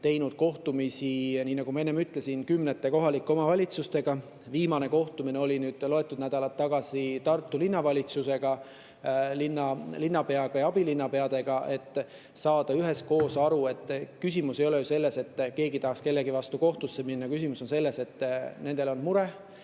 teinud kohtumisi, nii nagu ma enne ütlesin, kümnete kohalike omavalitsustega. Viimane kohtumine oli loetud nädalad tagasi Tartu Linnavalitsusega, linnapeaga ja abilinnapeadega, et saada üheskoos [asjadest] aru. Küsimus ei ole ju selles, et keegi tahab kellegi vastu kohtusse minna, küsimus on selles, et nendel on mure,